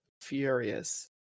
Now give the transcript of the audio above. furious